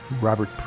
Robert